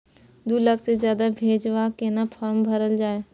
दू लाख से ज्यादा भेजबाक केना फारम भरल जाए छै?